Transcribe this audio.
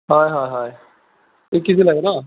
হয় হয় হয় এক কে জি লাগে ন